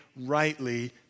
Rightly